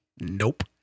Nope